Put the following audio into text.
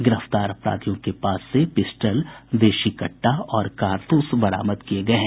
गिरफ्तार अपराधियों के पास से पिस्टल देशी कट्टा और कारतूस बरामद किये गये हैं